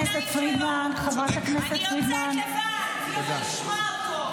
לא תתרום כמו שהוא תרם.